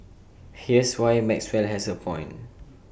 here's why Maxwell has A point